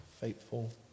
faithful